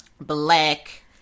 Black